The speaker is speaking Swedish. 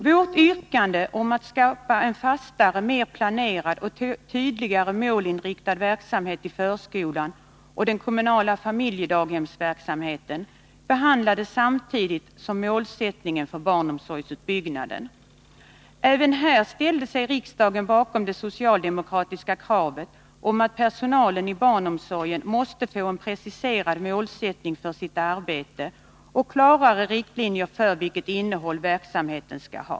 Vårt yrkande om att man skall skapa en fastare, mer planerad och tydligare målinriktad verksamhet i förskolan och de kommunala familjedaghemmen behandlades samtidigt som målsättningen för barnomsorgsutbyggnaden. Även här ställde sig riksdagen bakom det socialdemokratiska kravet att personalen i barnomsorgen måste få en preciserad målsättning för sitt arbete och klarare riktlinjer för vilket innehåll verksamheten skall ha.